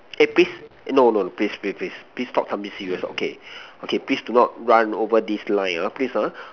eh please no no please please please stop tell me serious okay okay please do not run over this line ah please ah